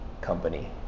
company